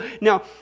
Now